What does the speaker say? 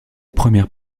première